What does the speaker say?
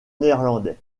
néerlandais